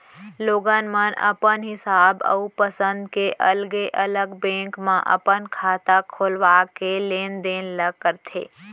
लोगन मन अपन हिसाब अउ पंसद के अलगे अलग बेंक म अपन खाता खोलवा के लेन देन ल करथे